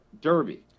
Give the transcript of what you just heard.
derby